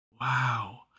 Wow